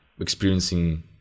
experiencing